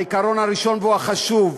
והוא החשוב,